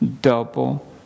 double